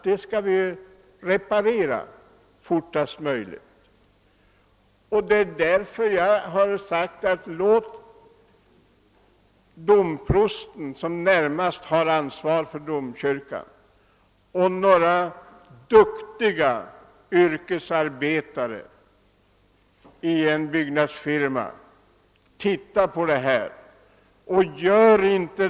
Vi mås te reparera den så fort som möjligt. Jag tycker därför, såsom jag har sagt förut, att domprosten, som närmast har ansvaret för domkyrkan, och några duktiga yrkesarbetare i en byggnadsfirma bör få undersöka vad som behöver göras.